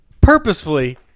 purposefully